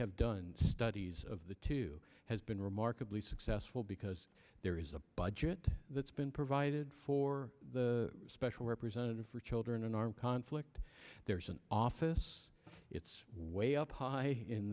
have done studies of the two has been remarkably successful because there is a budget that's been provided for the special representative for children in armed conflict there's an office it's way up high in